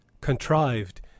contrived